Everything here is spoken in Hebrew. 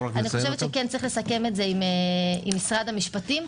צריך לסכם את זה עם משרד המשפטים.